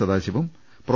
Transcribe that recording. Sadasivam pro